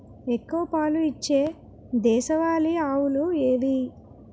ఎక్కువ పాలు ఇచ్చే దేశవాళీ ఆవులు ఏవి?